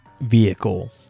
vehicle